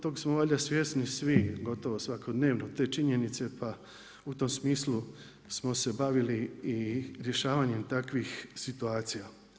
Toga smo valjda svjesni svi, gotovo svakodnevno te činjenice, pa u tom smislu smo te bavili i rješavanjem takvih situacija.